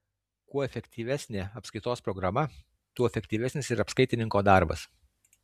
kuo efektyvesnė apskaitos programa tuo efektyvesnis ir apskaitininko darbas